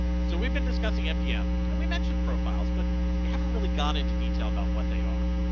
so we've been discussing mdm and we mentioned profiles. but we haven't really gone into detail about what they are.